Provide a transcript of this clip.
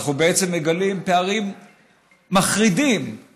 אנחנו מגלים פערים מחרידים,